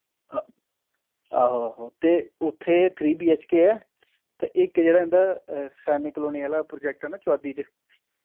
आहो आहो ते उत्थे थ्री बी एच के ऐ ते इक जेह्ड़ा इंदा सैनिक कलोनी आह्ला प्रोजेक्ट ऐ न चोवादी च